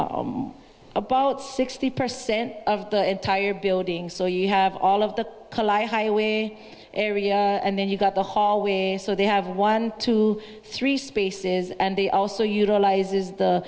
about sixty percent of the entire building so you have all of the highway area and then you've got the hallways so they have one two three spaces and they also utilizes the